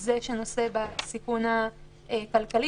שהוא זה שנושא בסיכון הכלכלי,